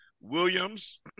Williams